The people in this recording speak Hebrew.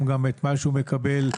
גם הדברים שהוא מקבל,